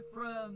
friends